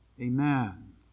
Amen